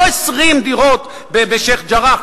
לא 20 דירות בשיח'-ג'ראח,